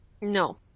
No